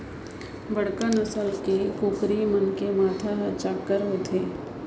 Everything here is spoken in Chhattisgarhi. बड़का नसल के कुकरी मन के माथा ह चाक्कर होथे